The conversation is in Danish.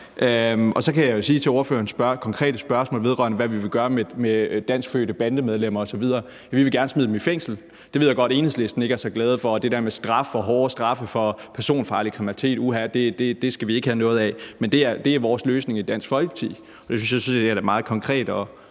Og så kan jeg jo sige til ordførerens konkrete spørgsmål om, hvad vi vil gøre med danskfødte bandemedlemmer osv., at vi gerne vil smide dem i fængsel. Det ved jeg godt at Enhedslisten ikke er så glad for, og det der med straf og hårde straffe for personfarlig kriminalitet – uha, det skal de ikke have noget af. Men det er vores løsning i Dansk Folkeparti, og det synes jeg sådan set er en meget konkret og